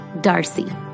Darcy